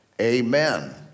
Amen